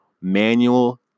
Manual